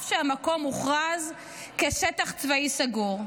אף שהמקום הוכרז שטח צבאי סגור.